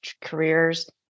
careers